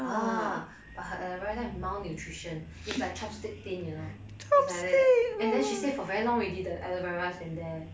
ah but her aloe vera malnutrition is like chopstick thin you know it's like that and then she say for very long already the aloe vera has been there